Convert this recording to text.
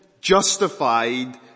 justified